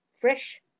fresh